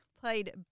played